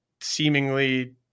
seemingly